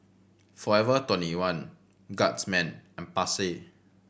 Forever Twenty one Guardsman and Pasar